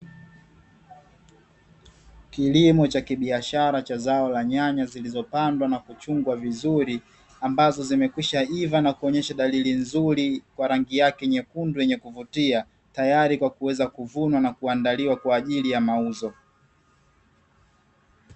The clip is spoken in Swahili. Kilimo cha kibiashara cha zao la nyanya zilizopandwa na kuchungwa vizuri, ambazo zimekwishaiva na kuonesha dalili nzuri kwa rangi yake nyekundu yenye kuvutia. Tayari kwa kuweza kuvunwa na kuandaliwa kwa ajili ya mauzo.